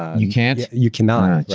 you can't? you cannot.